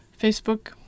Facebook